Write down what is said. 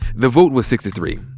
the vote was six three.